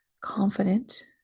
confident